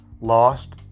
lost